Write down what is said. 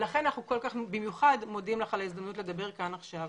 לכן אנחנו במיוחד מודים לך על ההזדמנות לדבר כאן עכשיו.